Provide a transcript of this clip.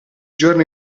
giorno